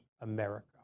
America